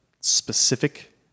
specific